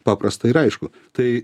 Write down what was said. paprasta ir aišku tai